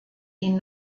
ihn